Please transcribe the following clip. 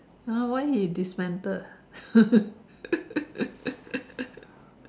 !huh! why he dismantle